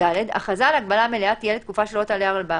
--- מאובחנים כחיוביים, ללא נזלת...